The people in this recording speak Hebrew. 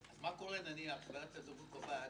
מה קורה נניח אם ועדת הזכאות קובעת